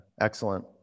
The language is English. Excellent